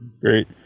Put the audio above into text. Great